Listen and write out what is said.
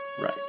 Right